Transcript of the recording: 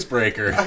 Breaker